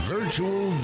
Virtual